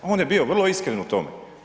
On je bio vrlo iskren u tome.